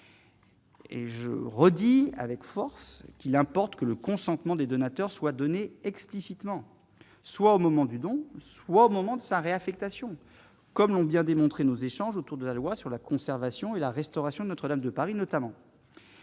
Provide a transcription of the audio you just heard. Et je redis avec force qu'il importe que le consentement des donateurs soit donné explicitement, soit au moment du don, soit au moment de sa réaffectation comme l'ont bien démontré nos échanges autour de la loi sur la conservation et la restauration de Notre-Dame de Paris notamment,